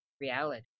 reality